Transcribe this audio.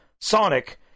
Sonic